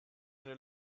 eine